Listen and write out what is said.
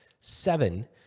seven